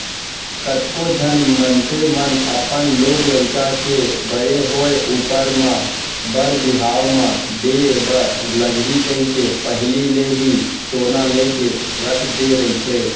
कतको झन मनसे मन अपन लोग लइका के बड़े होय ऊपर म बर बिहाव म देय बर लगही कहिके पहिली ले ही सोना लेके रख दे रहिथे